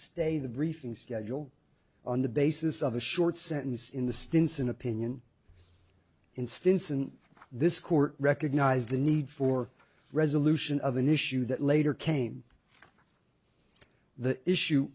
stay the briefing schedule on the basis of a short sentence in the stinson opinion in stinson this court recognized the need for resolution of an issue that later came the issue